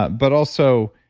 but but also